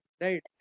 right